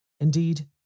Indeed